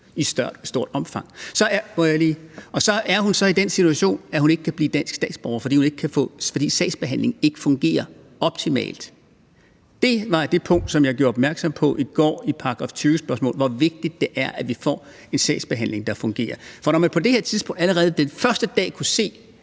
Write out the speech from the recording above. i stort omfang. Så er hun så i den situation, at hun ikke kan blive dansk statsborger, fordi sagsbehandlingen ikke fungerer optimalt. Det var det, som jeg gjorde opmærksom på i går i et § 20-spørgsmål, altså hvor vigtigt det er, at vi får en sagsbehandling, der fungerer. Når man allerede den første dag har kunnet se,